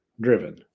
driven